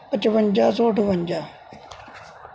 ਪਚਵੰਜਾ ਸੌ ਅਠਵੰਜਾ